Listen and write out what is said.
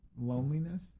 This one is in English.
loneliness